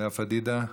לאה פדידה,